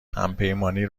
همپیمانی